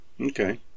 Okay